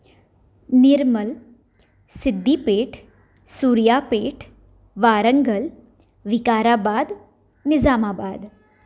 Nirmal Siddipet Suryapet Warangal Vikarabad Nizamabad